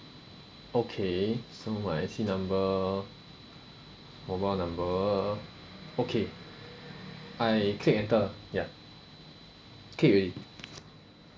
okay so my I_C number mobile number okay I click enter ya click already